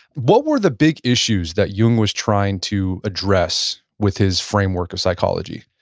what were the big issues that jung was trying to address with his framework of psychology?